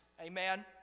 Amen